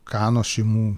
kanos šeimų